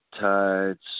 Tides